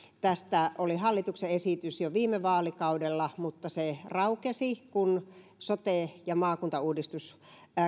tästä oli hallituksen esitys jo viime vaalikaudella mutta se raukesi kun sote ja maakuntauudistus